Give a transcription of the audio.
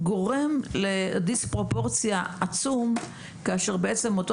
גורם לדיס-פרופורציה עצום, כאשר אותו ציבור,